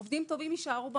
עובדים טובים יישארו במערכת,